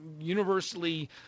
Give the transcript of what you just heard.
universally